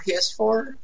PS4